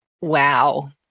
wow